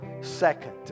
second